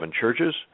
churches